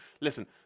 listen